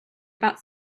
about